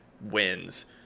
wins